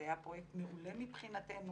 זה היה פרויקט מעולה מבחינתנו,